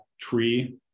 tree